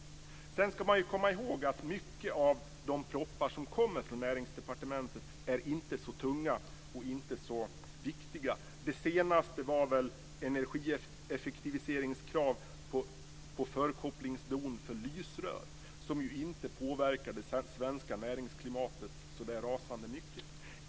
Sedan ska man komma ihåg att mycket av de proppar som kommer från Näringsdepartementet inte är så tunga och inte så viktiga. Det senaste var väl energieffektiviseringskrav på förkopplingsdon för lysrör, som ju inte påverkar det svenska näringsklimatet så där rasande mycket.